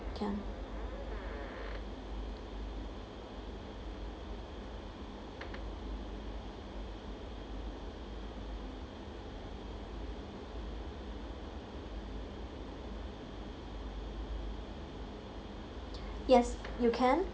can yes you can